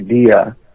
idea